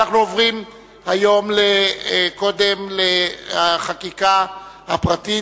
אנחנו עוברים היום קודם לחקיקה הפרטית,